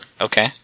Okay